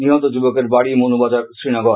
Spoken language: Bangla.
নিহত যুবকের বাড়ি মনু বাজারে শ্রীনগর